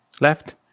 left